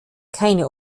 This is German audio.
keine